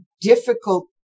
difficult